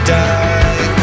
die